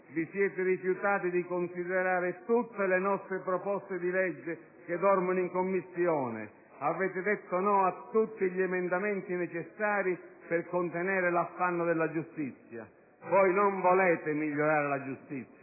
vi siete rifiutati di considerare tutte le nostre proposte di legge che dormono in Commissione. Avete detto no a tutti gli emendamenti necessari per contenere l'affanno della giustizia. Voi non volete migliorare la giustizia,